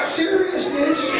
seriousness